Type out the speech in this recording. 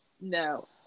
No